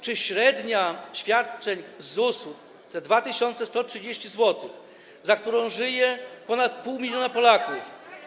Czy średnie świadczenie z ZUS-u, te 2130 zł, za które żyje ponad pół miliona Polaków.